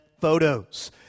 photos